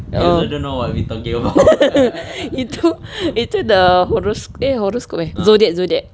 oh itu itu dah horo~ eh horoscope eh zodiac zodiac